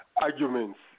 arguments